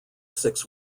six